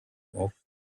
off